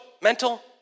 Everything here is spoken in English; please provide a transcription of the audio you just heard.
mental